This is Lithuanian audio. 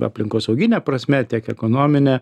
aplinkosaugine prasme tiek ekonomine